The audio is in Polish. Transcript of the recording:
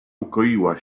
ukoiła